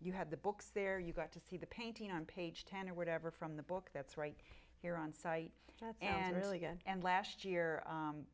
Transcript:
you had the books there you got to see the painting on page ten or whatever from the book that's right here on site and really good and last year